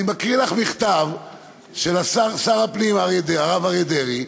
אני אקריא לך מכתב של שר הפנים הרב אריה דרעי,